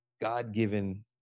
God-given